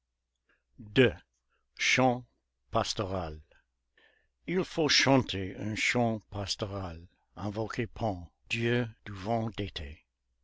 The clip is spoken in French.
chant pastoral il faut chanter un chant pastoral invoquer pan dieu du vent d'été